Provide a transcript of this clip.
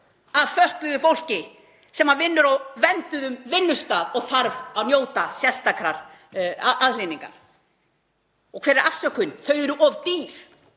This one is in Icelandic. að fötluðu fólki sem vinnur á vernduðum vinnustað og þarf að njóta sérstakrar aðhlynningar. Og hver er afsökunin? Þau eru of dýr,